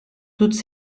toutes